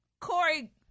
Corey